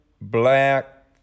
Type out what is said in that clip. black